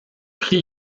prix